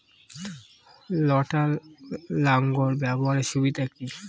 লটার লাঙ্গল ব্যবহারের সুবিধা কি?